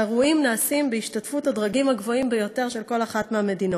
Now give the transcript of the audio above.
האירועים נעשים בהשתתפות הדרגים הגבוהים ביותר של כל אחת מהמדינות: